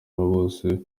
bose